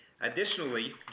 Additionally